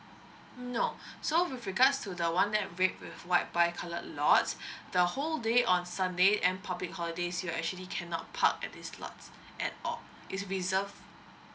no so with regards to the one that red with white bicoloured lots the whole day on sunday and public holidays you actually cannot park at this lots at all it's reserved